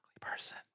person